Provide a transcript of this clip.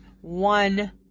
one